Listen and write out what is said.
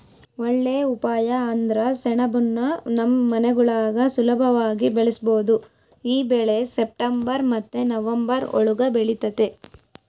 ಒಳ್ಳೇ ಉಪಾಯ ಅಂದ್ರ ಸೆಣಬುನ್ನ ನಮ್ ಮನೆಗುಳಾಗ ಸುಲುಭವಾಗಿ ಬೆಳುಸ್ಬೋದು ಈ ಬೆಳೆ ಸೆಪ್ಟೆಂಬರ್ ಮತ್ತೆ ನವಂಬರ್ ಒಳುಗ ಬೆಳಿತತೆ